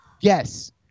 Yes